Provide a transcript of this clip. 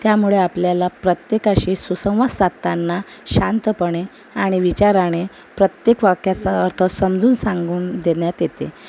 त्यामुळे आपल्याला प्रत्येकाशी सुसंवाद साधताना शांतपणे आणि विचाराने प्रत्येक वाक्याचा अर्थ समजून सांगून देण्यात येते